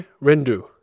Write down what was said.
Rendu